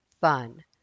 fun